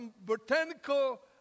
botanical